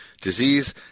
disease